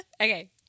Okay